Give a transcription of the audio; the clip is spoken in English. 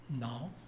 now